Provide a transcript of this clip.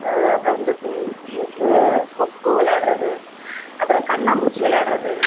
அப்புறம் வந்து கொக்கோ விளையாட்றது அப்புறம் கண்ணாம்மூச்சி விளையாட்றது